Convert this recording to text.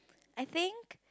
I think